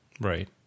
Right